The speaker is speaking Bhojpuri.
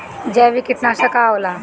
जैविक कीटनाशक का होला?